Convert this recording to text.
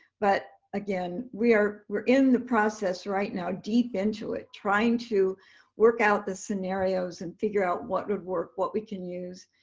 but again, we're we're in the process right now, deep into it, trying to work out the scenarios and figure out what would work, what we can use,